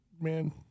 man